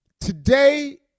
Today